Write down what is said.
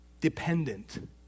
Dependent